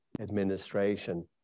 administration